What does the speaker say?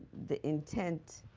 the intent